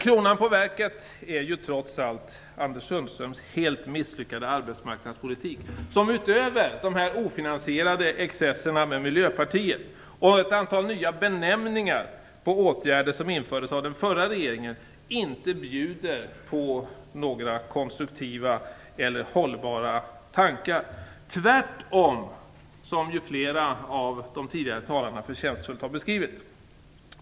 Kronan på verket är trots allt Anders Sundströms helt misslyckade arbetsmarknadspolitik som utöver de ofinansierade excesserna med Miljöpartiet och ett antal nya benämningar på åtgärder som infördes av den förra regeringen inte bjuder på några konstruktiva eller hållbara tankar. Det är tvärtom, som flera av de tidigare talarna förtjänstfullt har beskrivit.